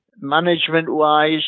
Management-wise